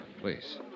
please